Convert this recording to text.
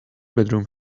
bedroom